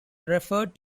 referred